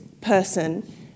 person